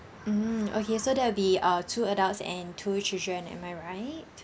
mm okay so that'll be uh two adults and two children am I right